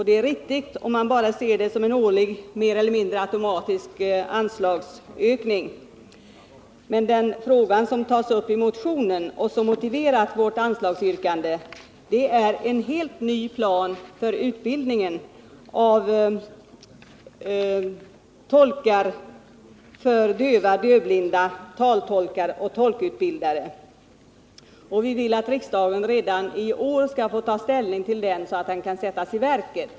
Det är riktigt om man bara ser det som en årlig mer eller mindre automatisk anslagsökning. Men den fråga som tas upp i motionen och som motiverat vårt anslagsyrkande är en helt ny plan för utbildning av tolkar för döva, dövblinda, taltolkar och tolkutbildare. Vi vill att riksdagen redan i år skall få ta ställning till den planen så att den kan sättas i verket.